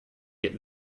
get